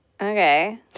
Okay